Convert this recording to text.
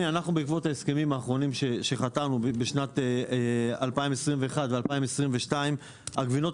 בעקבות ההסכמים האחרונים שחתמנו בשנת 2021 ו-2022 הגבינות